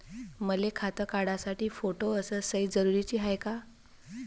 मले खातं काढासाठी फोटो अस सयी जरुरीची हाय का?